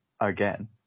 again